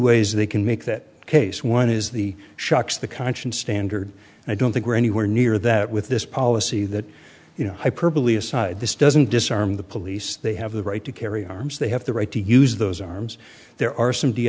ways they can make that case one is the shocks the conscience standard and i don't think we're anywhere near that with this policy that you know hyperbole aside this doesn't disarm the police they have the right to carry arms they have the right to use those arms there are some d